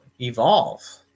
evolve